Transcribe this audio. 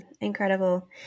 incredible